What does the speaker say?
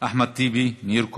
אחמד טיבי, מאיר כהן,